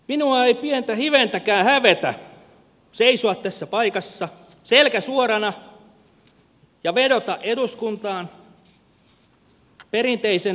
minua ei pientä hiventäkään hävetä seisoa tässä paikassa selkä suorana ja vedota eduskuntaan perinteisen avioliiton puolesta